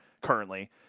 currently